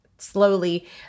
slowly